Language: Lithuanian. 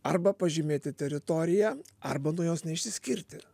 arba pažymėti teritoriją arba nuo jos neišsiskirti